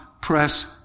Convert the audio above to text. press